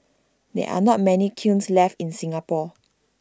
there are not many kilns left in Singapore